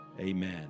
amen